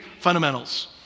fundamentals